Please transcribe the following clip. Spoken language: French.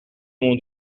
mon